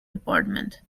department